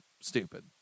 stupid